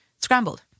scrambled